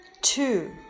two